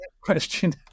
question